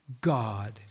God